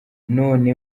none